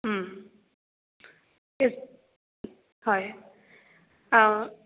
হয়